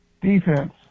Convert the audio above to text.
defense